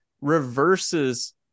reverses